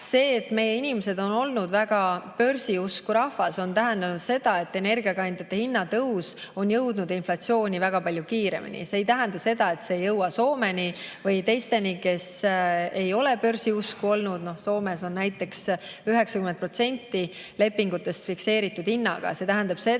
See, et meie inimesed on olnud väga börsiusku rahvas, on tähendanud seda, et energiakandjate hinna tõus on jõudnud inflatsiooni väga palju kiiremini. See ei tähenda, et see ei jõua Soomeni või teisteni, kes ei ole börsiusku olnud. Soomes on näiteks 90% lepingutest fikseeritud hinnaga. See tähendab seda,